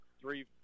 three